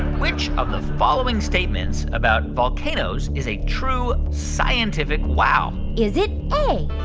which of the following statements about volcanoes is a true scientific wow? is it a,